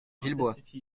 villebois